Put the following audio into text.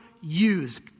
use